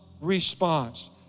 response